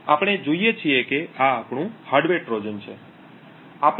આપણે જોઈએ છીએ કે આ આપણું હાર્ડવેર ટ્રોજન છે